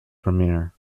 premier